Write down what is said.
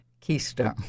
keystone